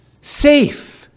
safe